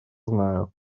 знаю